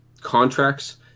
contracts